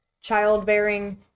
childbearing